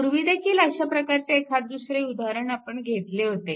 पूर्वीदेखील अशा प्रकारचे एखादे दुसरे उदाहरण आपण घेतले होते